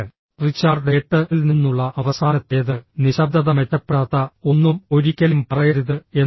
Richard 8 ൽ നിന്നുള്ള അവസാനത്തേത് നിശബ്ദത മെച്ചപ്പെടാത്ത ഒന്നും ഒരിക്കലും പറയരുത് എന്ന് പറയുന്നു